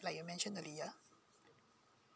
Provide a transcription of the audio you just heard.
like you mentioned earlier